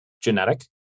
genetic